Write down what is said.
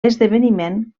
esdeveniment